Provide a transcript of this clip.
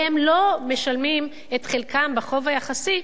והם לא משלמים את חלקם בחוב היחסי,